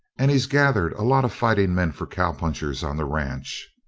and he's gathered a lot of fighting men for cowpunchers on the ranch.